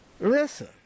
listen